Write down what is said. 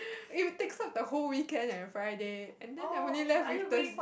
it takes up the whole weekend and Friday and then I'm only left with Thurs~